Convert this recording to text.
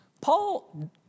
Paul